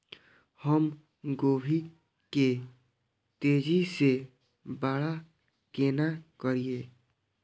हम गोभी के तेजी से बड़ा केना करिए?